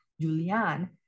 Julian